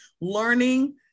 learning